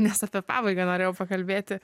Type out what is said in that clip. nes apie pabaigą norėjau pakalbėti